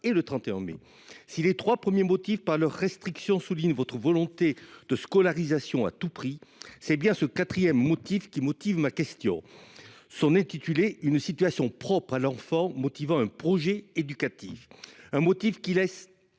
et le 31 mai. Si ces trois premiers motifs, par leurs restrictions, soulignent votre volonté de « scolarisation à tout prix », c’est bien le quatrième motif qui justifie ma question :« Une situation propre à l’enfant motivant un projet éducatif. » Ce motif laisse